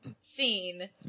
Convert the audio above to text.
scene